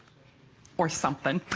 or something.